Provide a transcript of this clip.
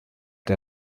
der